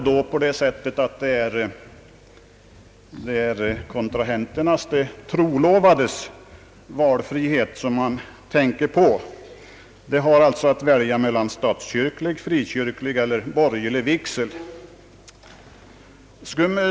Det torde därvid närmast vara de trolovades valfrihet han åsyftar. Dessa har att välja mellan statskyrklig, frikyrklig eller borgerlig vigsel.